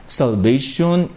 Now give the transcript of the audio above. salvation